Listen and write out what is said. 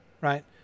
Right